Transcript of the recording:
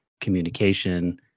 communication